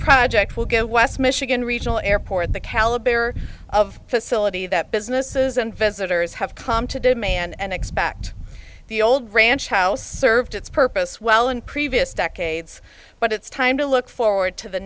project will go west michigan regional airport the caliber of facility that businesses and visitors have come to demand and expect the old ranch house served its purpose well in previous decades but it's time to look forward to the